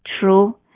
true